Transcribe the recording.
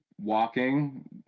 walking